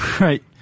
Right